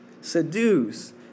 seduce